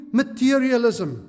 materialism